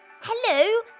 Hello